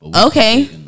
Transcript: Okay